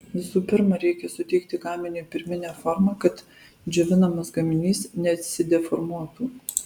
visų pirma reikia suteikti gaminiui pirminę formą kad džiovinamas gaminys nesideformuotų